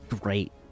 great